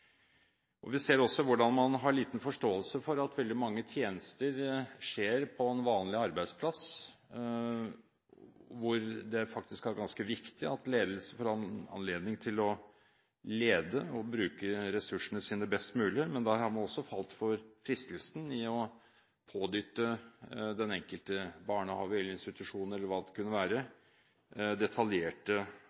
det. Vi ser også hvordan man har liten forståelse for at veldig mange tjenester skjer på en vanlig arbeidsplass, hvor det faktisk er ganske viktig at ledelsen får anledning til å lede og bruke ressursene sine best mulig. Men der har man også falt for fristelsen til å pådytte den enkelte barnehage eller institusjon eller hva det måtte være, detaljerte